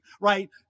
right